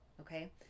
Okay